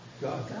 God